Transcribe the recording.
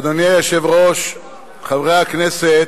אדוני היושב-ראש, חברי הכנסת,